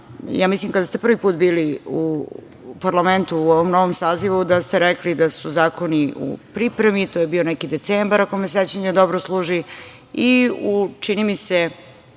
za vas. Kada ste prvi put bili u parlamentu u ovom novom sazivu mislim da ste rekli da su zakoni u pripremi. To je bio neki decembar, ako me sećanje dobro služi i u najkraćem